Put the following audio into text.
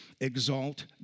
exalt